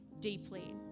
deeply